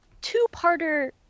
two-parter